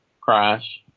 crash